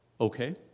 Okay